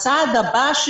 הצעד הבא,